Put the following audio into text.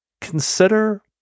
Consider